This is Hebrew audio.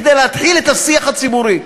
כדי להתחיל את השיח הציבורי.